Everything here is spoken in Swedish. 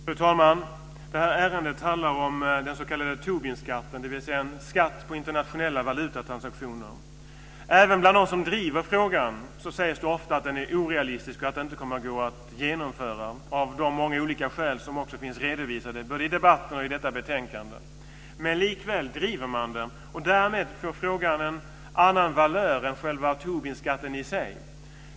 Fru talman! Det här ärendet handlar om den s.k. Tobinskatten, dvs. en skatt på internationella valutatransaktioner. Även bland dem som driver frågan sägs det ofta att den är orealistisk och att det inte kommer att gå att genomföra den - av de många olika skäl som också finns redovisade både i debatten och i det här betänkandet. Likväl driver man det här, och därmed får frågan en annan valör än själva Tobinskatten i sig.